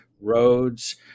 roads